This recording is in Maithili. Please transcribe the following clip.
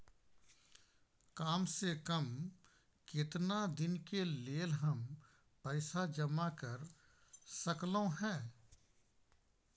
काम से कम केतना दिन के लेल हम पैसा जमा कर सकलौं हैं?